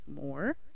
more